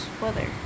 weather